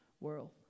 world